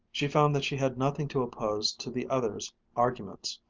she found that she had nothing to oppose to the other's arguments.